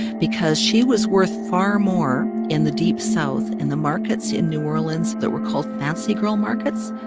because she was worth far more in the deep south, in the markets in new orleans that were called fancy girl markets,